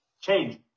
change